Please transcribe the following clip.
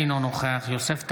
אינו נוכח יוסף טייב,